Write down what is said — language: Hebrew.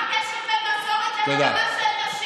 מה הקשר בין מסורת להדרה של נשים?